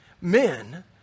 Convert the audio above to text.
men